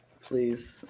please